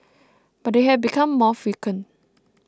but they have become more frequent